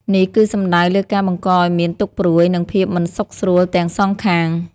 នេះគឺសំដៅលើការបង្កឲ្យមានទុក្ខព្រួយ និងភាពមិនសុខស្រួលទាំងសងខាង។